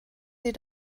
sie